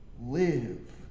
live